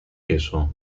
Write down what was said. queso